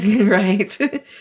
right